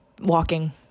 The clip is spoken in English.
walking